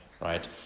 Right